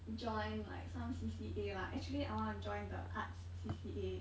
join like some C_C_A lah actually I want to join the arts C_C_A